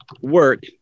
work